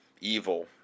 evil